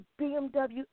BMW